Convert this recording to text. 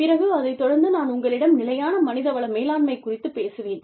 பிறகு அதைத் தொடர்ந்து நான் உங்களிடம் நிலையான மனித வள மேலாண்மை குறித்துப் பேசுவேன்